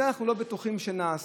זה אנחנו לא בטוחים שנעשה.